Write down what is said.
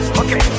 okay